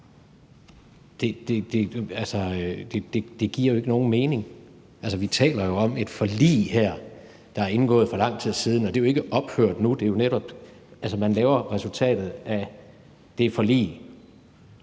det giver ikke nogen mening. Vi taler jo her om et forlig, der er indgået for lang tid siden, og det er jo ikke ophørt nu. Man laver resultatet af det forlig